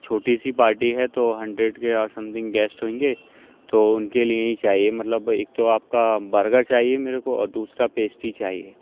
چھوٹی سی پارٹی ہے تو ہنڈریڈ کے آ سم تھنگ گیسٹ ہوئیں گے تو ان کے لیے ہی چاہیے مطلب ایک تو آپ کا برگر چاہیے میرے کو اور دوسرا پیسٹری چاہیے